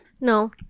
no